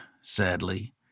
sadly